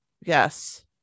yes